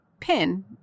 pin